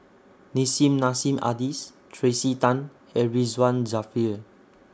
Nissim Nassim Adis Tracey Tan and Ridzwan Dzafir